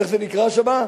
איך זה נקרא שם?